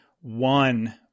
one